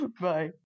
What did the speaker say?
Bye